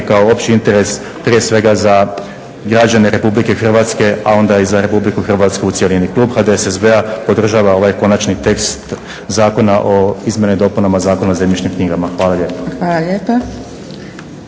kao opći interes prije svega za građane RH a onda i za RH u cjelini. Klub HDSSB-a podržava ovaj konačni tekst Zakona o izmjenama i dopunama Zakona o zemljišnim knjigama. Hvala lijepa.